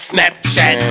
Snapchat